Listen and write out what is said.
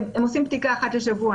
שהם עושים בדיקה אחת לשבוע,